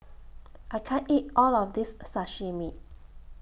I can't eat All of This Sashimi